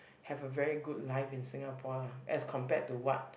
have a very good life in Singapore lah as compared to what